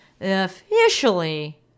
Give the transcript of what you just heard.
officially